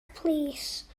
plîs